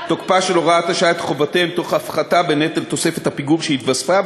תוקפה של הוראת השעה את חובותיהם תוך הפחתת נטל תוספת הפיגור שהתווספה,